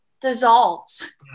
dissolves